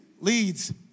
leads